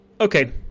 Okay